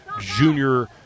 junior